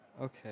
Okay